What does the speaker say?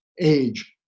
age